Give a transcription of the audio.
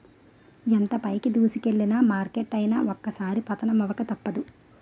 ఎంత పైకి దూసుకెల్లిన మార్కెట్ అయినా ఒక్కోసారి పతనమవక తప్పదు